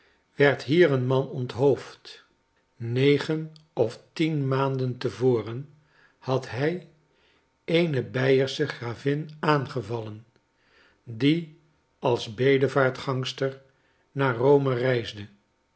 werd hier een man onthoofd negen of tien maanden te voren had hi eene beiersche gravin aangevallen die als bedevaartgangster naar rome reisde